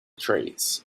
trees